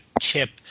chip